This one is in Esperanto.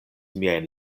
miajn